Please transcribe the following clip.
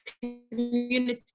community